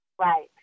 Right